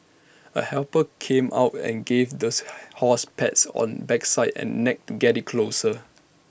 A helper came out and gave this horse pats on backside and neck get IT closer